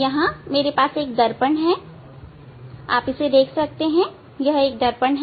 यहां मेरे पास दर्पण हैआप देख सकते हैं यह एक दर्पण है